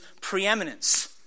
preeminence